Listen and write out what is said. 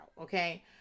okay